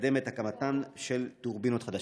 לקדם את הקמתן של טורבינות חדשות?